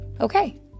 okay